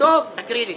לא זוכר, תקריא לי.